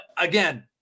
again